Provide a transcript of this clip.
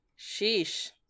Sheesh